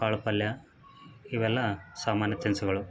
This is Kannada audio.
ಕಾಳು ಪಲ್ಯ ಇವೆಲ್ಲ ಸಾಮಾನ್ಯ ತಿನಿಸುಗಳು